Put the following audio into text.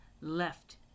left